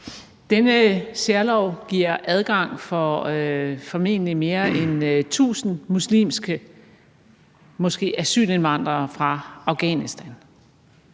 Denne særlov giver adgang for formentlig mere end 1.000 muslimske måske asylindvandrere fra Afghanistan.